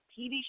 TV